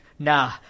Nah